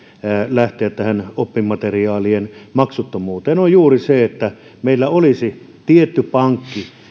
lähteä tähän oppimateriaalien maksuttomuuteen se on juuri se että meillä olisi tietty pankki